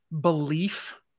belief